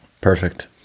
perfect